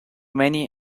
many